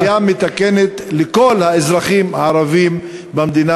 אפליה מתקנת לכל האזרחים הערבים במדינה